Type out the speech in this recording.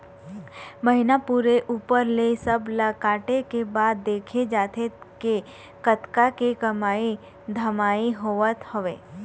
महिना पूरे ऊपर ले सब ला काटे के बाद देखे जाथे के कतका के कमई धमई होवत हवय